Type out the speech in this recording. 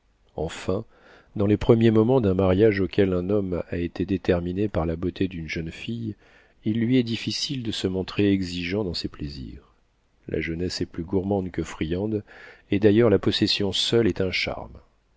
enfin dans les premiers moments d'un mariage auquel un homme a été déterminé par la beauté d'une jeune fille il lui est difficile de se montrer exigeant dans ses plaisirs la jeunesse est plus gourmande que friande et d'ailleurs la possession seule est un charme